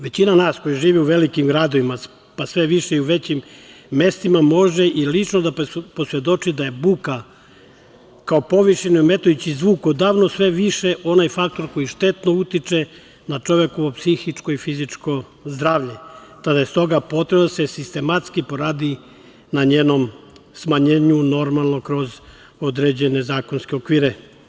Većina nas koji živimo u velikim gradovima, pa sve više i u većim mestima može i lično da posvedoči da je buka kao povišeni i ometajući zvuk odavno sve više onaj faktor koji štetno utiče na čovekovo psihičko i fizičko zdravlje, te da je stoga potrebno da se sistematski poradi na njenom smanjenju normalno kroz određene zakonske okvire.